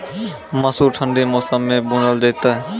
मसूर ठंडी मौसम मे बूनल जेतै?